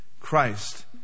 Christ